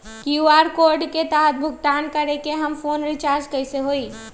QR code के तहद भुगतान करके हम फोन रिचार्ज कैसे होई?